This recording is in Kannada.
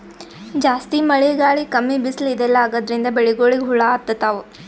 ಜಾಸ್ತಿ ಮಳಿ ಗಾಳಿ ಕಮ್ಮಿ ಬಿಸ್ಲ್ ಇದೆಲ್ಲಾ ಆಗಾದ್ರಿಂದ್ ಬೆಳಿಗೊಳಿಗ್ ಹುಳಾ ಹತ್ತತಾವ್